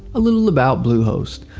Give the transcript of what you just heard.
a little about bluehost.